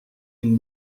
une